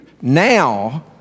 Now